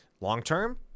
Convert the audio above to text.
long-term